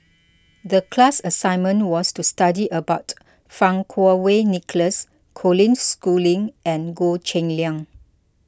the class assignment was to study about Fang Kuo Wei Nicholas Colin Schooling and Goh Cheng Liang